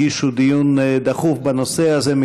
הגישו הצעה לדיון דחוף בנושא הזה.